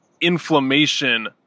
inflammation